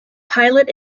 pilot